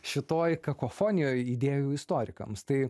šitoj kakofonijoj idėjų istorikams tai